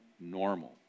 normal